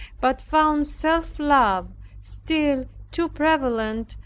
but found self-love still too prevalent,